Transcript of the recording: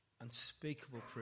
unspeakable